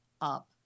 up